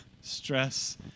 stress